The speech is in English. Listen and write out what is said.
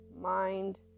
mind